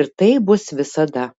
ir taip bus visada